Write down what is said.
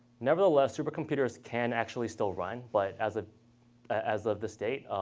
nevertheless, supercomputers can actually still run. but as ah as of this date,